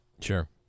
Sure